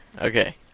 Okay